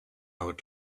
would